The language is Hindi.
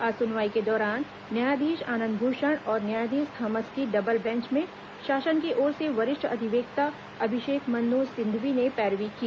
आज सुनवाई के दौरान न्यायाधीश आनंद भूषण और न्यायाधीश थॉमस की डबल बेंच में शासन की ओर से वरिष्ठ अधिवक्ता अभिषेक मनु सिंघवी ने पैरवी की